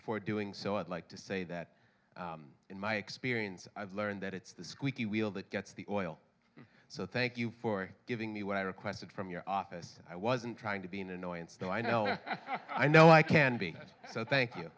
before doing so i'd like to say that in my experience i've learned that it's the squeaky wheel that gets the oil so thank you for giving me what i requested from your office i wasn't trying to be an annoyance though i know i know i can be out so thank you